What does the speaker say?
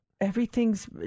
Everything's